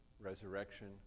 Resurrection